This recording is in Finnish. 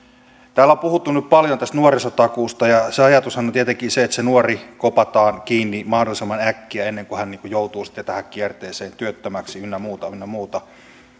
täällä on puhuttu nyt paljon tästä nuorisotakuusta sen ajatushan on tietenkin että se nuori kopataan kiinni mahdollisimman äkkiä ennen kuin hän joutuu sitten tähän kierteeseen työttömäksi ynnä muuta ynnä muuta